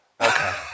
Okay